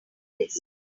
list